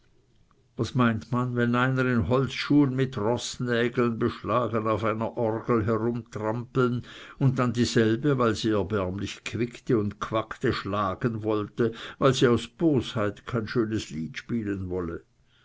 was meint man wenn einer in holzschuhen mit roßnägeln beschlagen auf einer orgel herumtrampeln und dann dieselbe wenn sie erbärmlich quickte und quackte schlagen wollte weil sie aus bosheit kein schönes lied spielen wolle